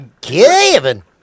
Kevin